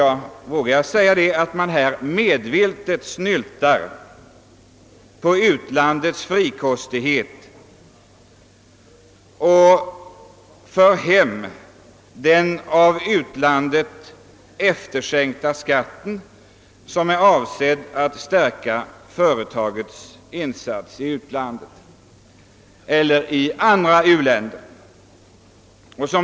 Jag vågar påstå att man medvetet snyltar på respektive u-lands frikostighet när man vill föra hem den efterskänkta skatten, som är avsedd att stärka före tagens insats i u-landet.